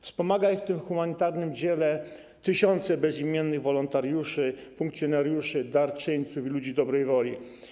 Wspomagają ich w tym humanitarnym dziele tysiące bezimiennych wolontariuszy, funkcjonariuszy, darczyńców i ludzi dobrej woli.